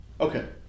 Okay